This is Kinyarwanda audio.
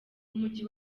w’umujyi